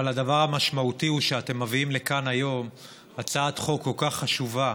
אבל הדבר המשמעותי הוא שאתם מביאים לכאן היום הצעת חוק כל כך חשובה,